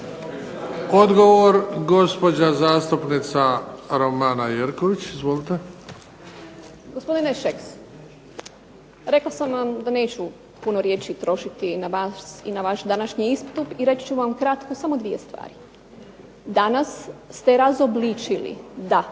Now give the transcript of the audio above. Odgovor gospođa zastupnica Romana Jerković. Izvolite. **Jerković, Romana (SDP)** Gospodine Šeks, rekla sam vam da neću puno riječi trošiti na vas i na vaš današnji istup i reći ću vam kratko samo dvije stvari. Danas ste razobličili, da